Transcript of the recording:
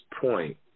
point